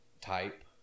type